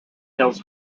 hills